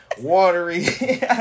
watery